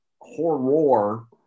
horror